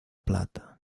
plata